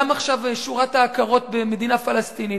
גם עכשיו שורת ההכרות במדינה פלסטינית.